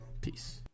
Peace